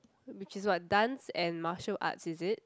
which is what dance and martial arts is it